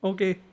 Okay